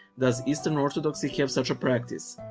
does eastern orthodoxy have such a practice?